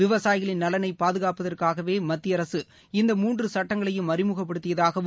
விவசாயிகளின் நலனை பாதுகாப்பதற்காகவே மத்திய அரசு இந்த மூன்று சுட்டங்களையும் அறிமுகப்படுத்தியதாகவும்